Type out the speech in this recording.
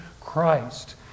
Christ